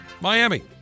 Miami